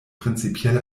prinzipiell